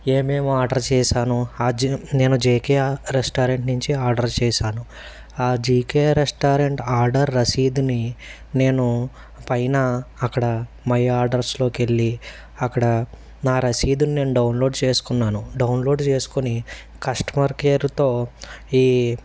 ఏమేమి ఆర్డర్ చేశానో నేను జేకే రెస్టారెంట్ నుంచి ఆర్డర్ చేశాను ఆ జీకే రెస్టారెంట్ ఆర్డర్ రసీదుని నేను పైన అక్కడ మై ఆర్డర్స్లోకెళ్ళి అక్కడ నా రసీదుని నేను డౌన్లోడ్ చేసుకున్నాను డౌన్లోడ్ చేసుకుని కస్టమర్ కేర్తో ఈ